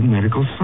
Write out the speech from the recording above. Medical